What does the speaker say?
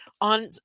on